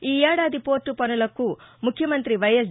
ఈ ఏడాది పోర్లు పనులకు ముఖ్యమంత్రి వైఎస్